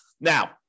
Now